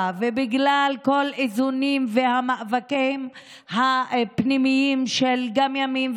ובגלל כל האיזונים והמאבקים הפנימיים של גם ימין,